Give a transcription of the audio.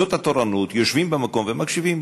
זאת התורנות, יושבים במקום ומקשיבים.